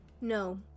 No